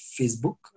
Facebook